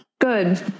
Good